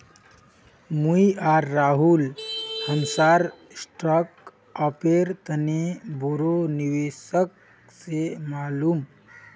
मुई आर राहुल हमसार स्टार्टअपेर तने बोरो निवेशक से मिलुम